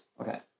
Okay